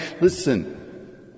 listen